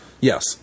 Yes